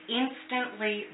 instantly